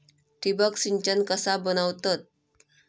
ठिबक सिंचन कसा बनवतत?